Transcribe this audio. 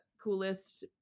coolest